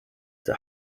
der